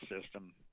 system